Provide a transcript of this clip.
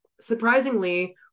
surprisingly